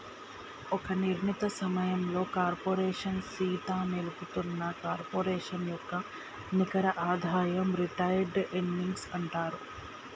ఒక నిర్ణీత సమయంలో కార్పోరేషన్ సీత నిలుపుతున్న కార్పొరేషన్ యొక్క నికర ఆదాయం రిటైర్డ్ ఎర్నింగ్స్ అంటారు